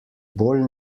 bolj